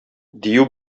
дию